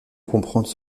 comprendre